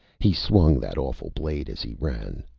he swung that awful blade as he ran.